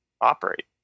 operate